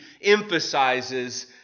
emphasizes